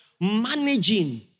Managing